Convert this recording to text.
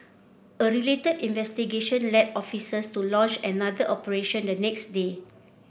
a related investigation led officers to launch another operation the next day